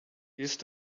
used